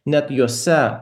net juose